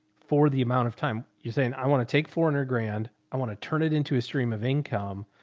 for the amount of time you're saying i want to take four and hundred grand. i want to turn it into a stream of income.